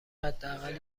حداقل